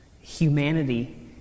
humanity